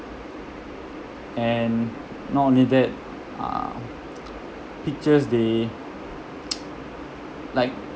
and not only that uh pictures they like